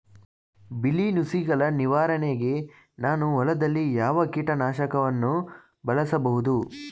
ಬಿಳಿ ನುಸಿಗಳ ನಿವಾರಣೆಗೆ ನಾನು ಹೊಲದಲ್ಲಿ ಯಾವ ಕೀಟ ನಾಶಕವನ್ನು ಬಳಸಬಹುದು?